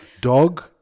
Dog